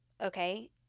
Okay